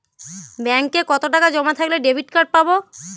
ব্যাঙ্কে কতটাকা জমা থাকলে ডেবিটকার্ড পাব?